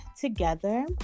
together